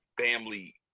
family